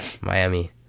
Miami